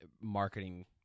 marketing